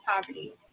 poverty